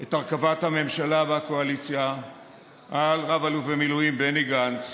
את הרכבת הממשלה והקואליציה על רב-אלוף במילואים בני גנץ